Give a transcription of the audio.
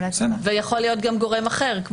ויכול להיות גם גורם אחר,